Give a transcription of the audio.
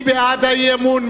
מי בעד האי-אמון?